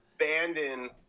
abandon